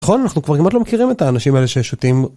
נכון, אנחנו כבר כמעט לא מכירים את האנשים האלה ששותים.